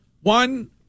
One